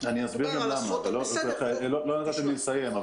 אסביר למה, לא נתתם לי לסיים.